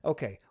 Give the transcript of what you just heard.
Okay